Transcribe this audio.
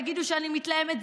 תגידו שאני מתלהמת,